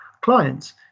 clients